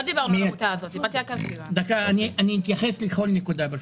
לא דיברתי --- אתייחס לכל נקודה.